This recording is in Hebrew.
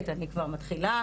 אני כבר מתחילה',